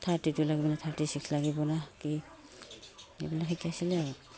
thirty two লাগিবনে thirty six লাগিবনে কি সেইবিলাক শিকাইছিলে আৰু